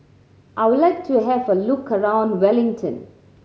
I would like to have a look around Wellington